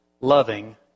loving